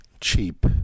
cheap